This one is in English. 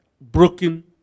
broken